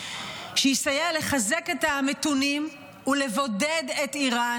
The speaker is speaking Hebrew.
שיסייע לחזק את המתונים ולבודד את איראן.